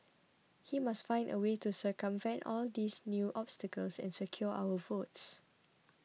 he must find a way to circumvent all these new obstacles and secure our votes